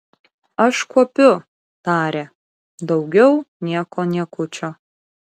aš kuopiu tarė daugiau nieko niekučio